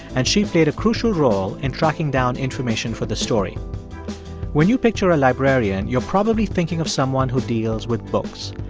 and she played a crucial role in tracking down information for this story when you picture a librarian, you're probably thinking of someone who deals with books,